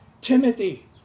Timothy